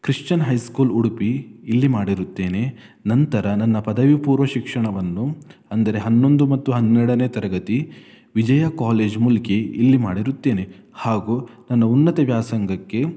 Christian high school Udupi ಇಲ್ಲಿ ಮಾಡಿರುತ್ತೇನೆ ನಂತರ ನನ್ನ ಪದವಿ ಪೂರ್ವ ಶಿಕ್ಷಣವನ್ನು ಅಂದರೆ ಹನ್ನೊಂದು ಮತ್ತು ಹನ್ನೆರಡನೆ ತರಗತಿ ವಿಜಯ ಕಾಲೇಜ್ ಮುಲ್ಕಿ ಇಲ್ಲಿ ಮಾಡಿರುತ್ತೇನೆ ಹಾಗೂ ನನ್ನ ಉನ್ನತ ವ್ಯಾಸಂಗಕ್ಕೆ